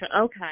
okay